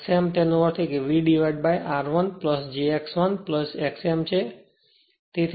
xm તેનો અર્થ એ v divided by r1 j x1 x m છે